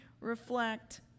reflect